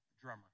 drummer